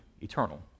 eternal